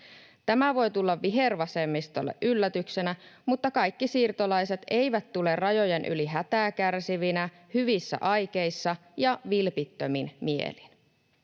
Tämä voi tulla vihervasemmistolle yllätyksenä, mutta kaikki siirtolaiset eivät tule rajojen yli hätää kärsivinä, hyvissä aikeissa ja vilpittömin mielin.